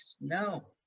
no